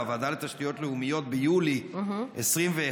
בוועדה לתשתיות לאומיות ביולי 2021,